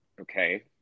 Okay